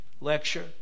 lecture